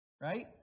Right